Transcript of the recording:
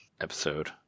episode